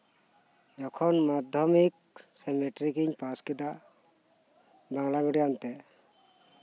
ᱡᱮᱠᱷᱚᱱ ᱢᱟᱫᱽᱫᱷᱚᱢᱤᱠ ᱥᱮ ᱢᱮᱴᱴᱨᱤᱠ ᱤᱧ ᱯᱟᱥ ᱠᱮᱫᱟ ᱵᱟᱝᱞᱟ ᱢᱤᱰᱤᱭᱟᱢ ᱛᱮ